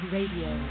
Radio